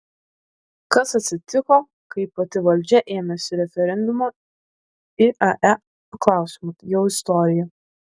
kas atsitiko kai pati valdžia ėmėsi referendumo iae klausimu jau istorija